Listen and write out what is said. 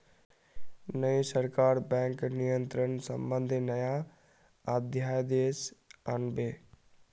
नई सरकार बैंक नियंत्रण संबंधी नया अध्यादेश आन बे